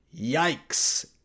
Yikes